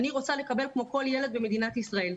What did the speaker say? אני רוצה לקבל כמו כל ילד במדינת ישראל.